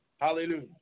Hallelujah